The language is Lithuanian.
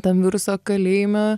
tam viruso kalėjime